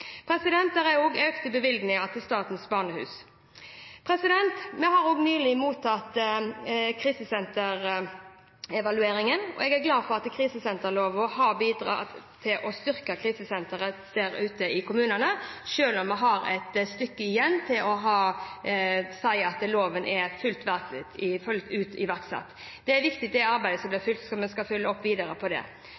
er også gitt økte bevilgninger til Statens barnehus. Vi har nylig mottatt evalueringen av krisesentertilbudet. Jeg er glad for at krisesenterloven har bidratt til å styrke krisesentertilbudet i kommunene, selv om vi har et stykke igjen til vi kan si at loven er fullt ut iverksatt. Arbeidet vi skal følge opp videre om dette, er viktig.